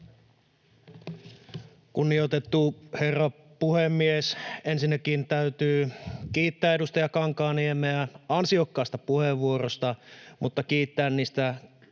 Kunnioitettu herra puhemies! Ensinnäkin täytyy kiittää edustaja Kankaanniemeä ansiokkaasta puheenvuorosta sekä kiittää kaikista